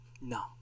No